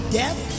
death